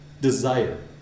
desire